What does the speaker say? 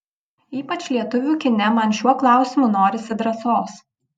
ypač lietuvių kine man šiuo klausimu norisi drąsos